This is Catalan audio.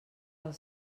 els